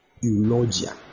eulogia